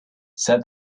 said